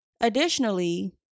Additionally